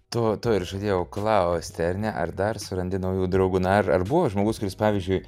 to to ir žadėjau klausti ar ne ar dar surandi naujų draugų na ar ar buvo žmogus kuris pavyzdžiui